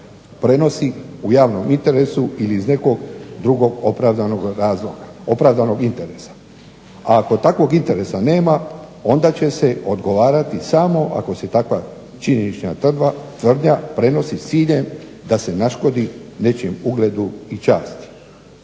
prenosi u javnom interesu ili iz nekog drugog opravdanog interesa, a ako takvog interesa nema onda će se odgovarati samo ako se takva činjenična tvrdnja prenosi s ciljem da se naškodi nečijem ugledu i časti.